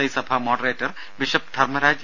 I സഭാ moderator bishop Dharmaraj